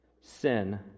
sin